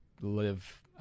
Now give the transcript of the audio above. live